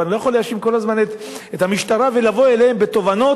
אבל אני לא יכול להאשים כל הזמן את המשטרה ולבוא אליהם בתביעות,